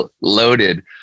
loaded